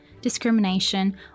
discrimination